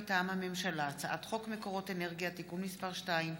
מטעם הממשלה: הצעת חוק מקורות אנרגיה (תיקון מס' 2),